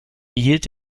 behielt